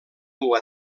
dur